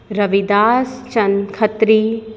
Ravidas Chand Khatri